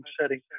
setting